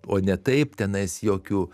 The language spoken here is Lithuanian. o ne taip tenais jokių